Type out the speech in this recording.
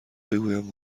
بگویم